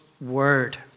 word